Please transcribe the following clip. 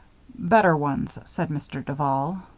better ones, said mr. duval.